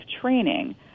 training